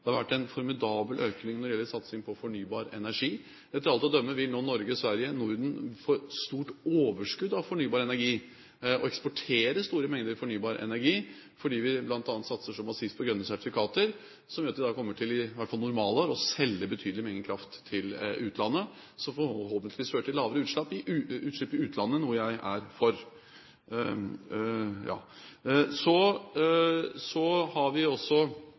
Det har vært en formidabel økning når det gjelder satsing på fornybar energi. Etter alt å dømme vil Norge og Sverige – Norden – nå få et stort overskudd av fornybar energi og eksportere store mengder fornybar energi, fordi vi bl.a. satser så massivt på grønne sertifikater, som gjør at vi da – i hvert fall i normalår – kommer til å selge betydelige mengder kraft til utlandet, som forhåpentligvis fører til lavere utslipp der, noe jeg er for. Så har vi også